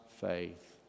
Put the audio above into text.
faith